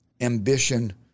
ambition